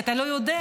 כי אתה לא יודע.